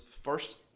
first